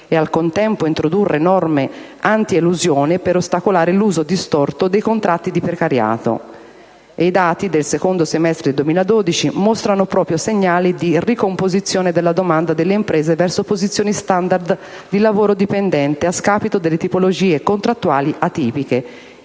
e, al contempo, introdurre norme antielusione per ostacolare l'uso distorto dei contratti di precariato. E i dati del secondo semestre del 2012 mostrano proprio segnali di ricomposizione della domanda delle imprese verso posizioni *standard* di lavoro dipendente a scapito delle tipologie contrattuali atipiche,